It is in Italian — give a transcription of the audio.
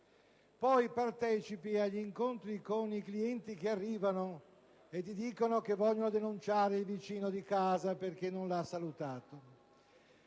Poi partecipi agli incontri con i clienti che arrivano e ti dicono che vogliono denunciare il vicino di casa perché non li ha salutati».